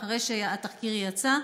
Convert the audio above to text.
אחרי שהתחקיר יצא,